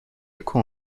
écho